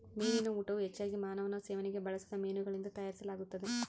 ಮೀನಿನ ಊಟವು ಹೆಚ್ಚಾಗಿ ಮಾನವನ ಸೇವನೆಗೆ ಬಳಸದ ಮೀನುಗಳಿಂದ ತಯಾರಿಸಲಾಗುತ್ತದೆ